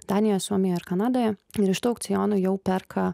danijoje suomijoje ar kanadoje ir iš tų aukcionų jau perka